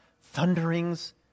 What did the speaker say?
thunderings